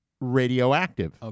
radioactive